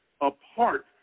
apart